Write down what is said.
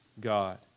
God